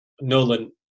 Nolan